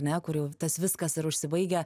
ne kur jau tas viskas ir užsibaigia